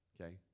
Okay